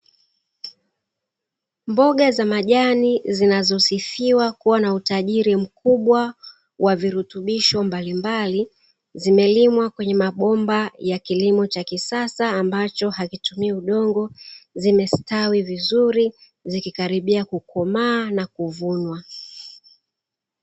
Mboga za majani zinazosifiwa kuwa na utajiri mkubwa wa virutubisho mbalimbali, zimelimwa kwenye mabomba ya kilimo cha kisasa ambacho hakitumii udongo. Zimestawi vizuri zikikaribia kukomaa na kuvunwa.